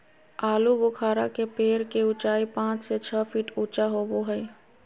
आलूबुखारा के पेड़ के उचाई पांच से छह फीट ऊँचा होबो हइ